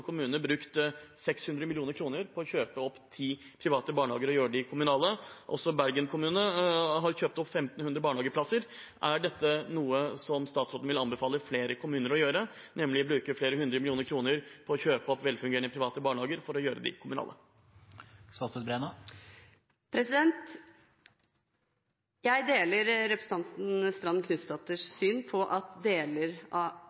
kommune brukt 600 mill. kr på å kjøpe opp ti private barnehager og gjøre dem kommunale. Også Bergen kommune har kjøpt opp 1 500 barnehageplasser. Er dette noe som statsråden vil anbefale flere kommuner å gjøre, nemlig å bruke flere hundre millioner kroner på å kjøpe opp velfungerende private barnehager for å gjøre dem kommunale? Jeg deler representanten Strand Knutsdatters syn på at noen av